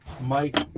Mike